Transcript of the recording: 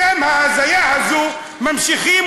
את ההזיה הזו אתם ממשיכים,